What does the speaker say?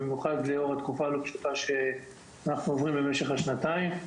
במיוחד לאור התקופה הלא פשוטה שאנחנו עוברים במשך שנתיים.